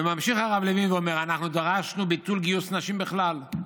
וממשיך הרב לוין ואומר: "אנחנו דורשנו ביטול גיוס נשים בכלל,